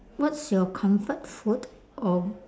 what's your comfort food or